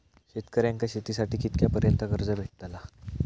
शेतकऱ्यांका शेतीसाठी कितक्या पर्यंत कर्ज भेटताला?